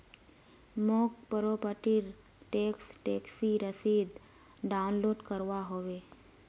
मौक प्रॉपर्टी र टैक्स टैक्सी रसीद डाउनलोड करवा होवे